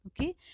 okay